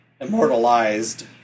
immortalized